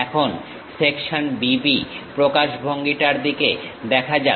এখন section B B প্রকাশভঙ্গিটার দিকে দেখা যাক